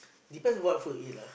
depends on what food you eat lah